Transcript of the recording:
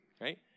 right